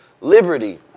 liberty